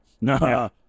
no